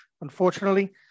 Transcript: unfortunately